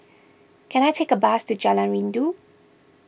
can I take a bus to Jalan Rindu